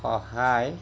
সহায়